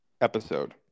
episode